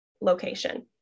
location